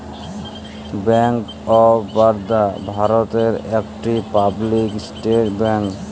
bank of Baroda ভারতের একটি public sector bank